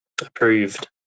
Approved